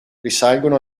risalgono